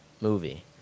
movie